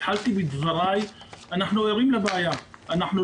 התחלתי בדבריי בכך שאנחנו ערים לבעיה ולא